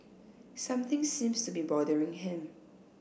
something seems to be bothering him